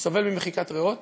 אני סובל ממחיקת ריאות.